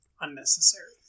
unnecessary